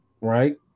right